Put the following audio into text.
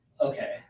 Okay